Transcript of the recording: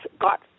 got